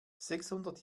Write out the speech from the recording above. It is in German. sechshundert